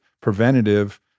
preventative